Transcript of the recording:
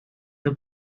the